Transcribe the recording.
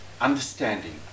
understanding